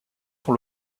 sur